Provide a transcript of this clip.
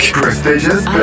Prestigious